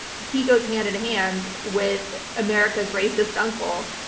he goes hand in hand with america's racist uncle,